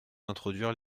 d’introduire